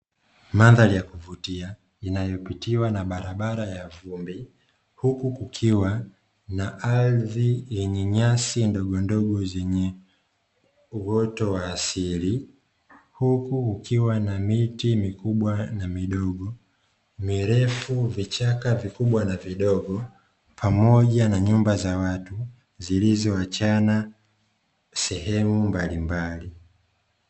Mandhari ya kuvutia inayopitiwa na barabara ya vumbi, huku kukiwa na ardhi yenye nyasi ndogondogo zenye uoto wa asili, huku ukiwa na miti mikubwa na midogo mirefu vichaka vikubwa na vidogo pamoja na nyumba za watu zilizoachana sehemu mbalimbali.